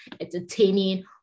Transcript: entertaining